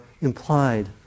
implied